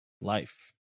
Life